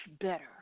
better